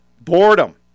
boredom